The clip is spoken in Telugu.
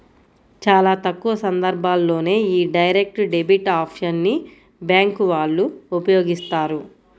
చాలా తక్కువ సందర్భాల్లోనే యీ డైరెక్ట్ డెబిట్ ఆప్షన్ ని బ్యేంకు వాళ్ళు ఉపయోగిత్తారు